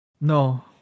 No